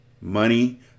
Money